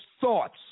thoughts